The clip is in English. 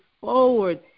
forward